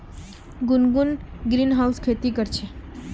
गुनगुन ग्रीनहाउसत खेती कर छ